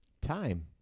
Time